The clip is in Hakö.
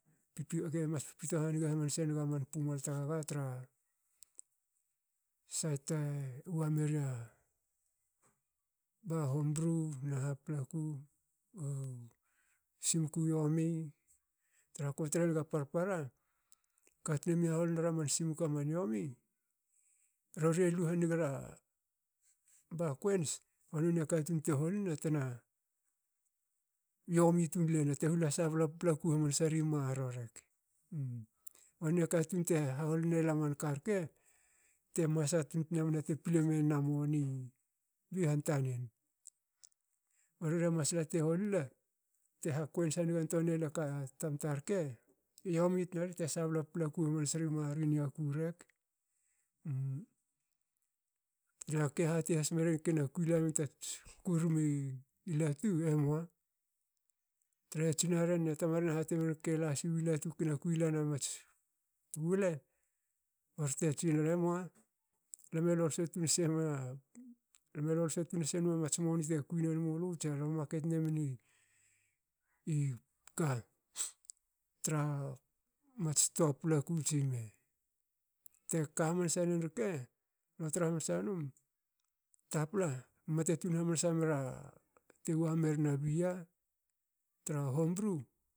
A ge mas pito hange hamanse nga man pumal tgaga tra sait te wa mera ba hombru. na ha paplaku. simku u yomi tra ha ko trenga parpara katun me haholin era man simku aman yomi. rori e lu hanige ra ba coins. ba noni a katun te holne te na yomi tun lol ne te hula sabla paplaku hamansari maroro rek. ba noni a katun te haholin ela man karke te masa tun tna mna te ple menen a moni bi han tanen. Ba rora masla te hol le. te ha coins hangen tua nela tamta rke. e yomi tna ri te sabla paplaku hamansa ri marro i niaku rek. Na ke hati has mriyin kena kui lan tatsi kurum i latu. emua. trahe tsinaren ne tamaren e hate mreren kila siwi latu kena kui lan a mats wle. ba rorte tsinera emoa lam e lol so tun senma mats moni te kui nen mulu tsa lu e market ne men i ka. tra mats stoa paplaku tsi me. Te ka hamansa nin rke le tra hamansa num tapla mte tun hamansa mera te wa meren a beer tra hombru.